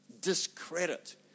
discredit